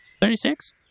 Thirty-six